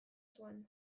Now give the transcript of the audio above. zuen